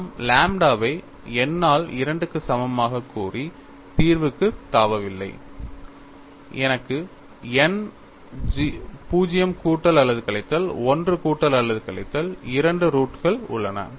நாம் லாம்ப்டாவை n ஆல் 2 க்கு சமமாகக் கூறி தீர்வுக்குத் தாவவில்லை எனக்கு n 0 கூட்டல் அல்லது கழித்தல் 1 கூட்டல் அல்லது கழித்தல் 2 ரூட் கள் உள்ளன